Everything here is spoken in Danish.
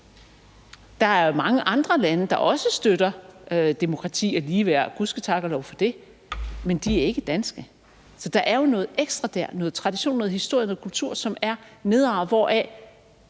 Der er jo også mange andre lande, der støtter demokrati og ligeværd – og gud ske tak og lov for det – men de er ikke danske. Så der er jo noget ekstra der, noget tradition, noget historie, noget kultur, som er nedarvet, hvoraf